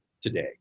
today